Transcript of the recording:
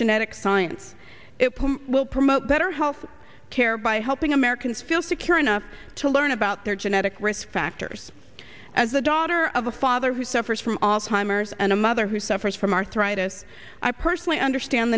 genetic science it will promote better health care by helping americans feel secure enough to learn about their genetic risk factors as the daughter of a father who suffers from all climbers and a mother who suffers from arthritis i personally understand